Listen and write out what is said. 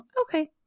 okay